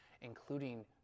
including